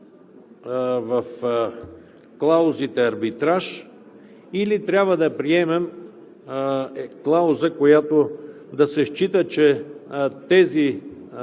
в клаузите арбитраж, или трябва да приемем клауза, в която да се счита, че тези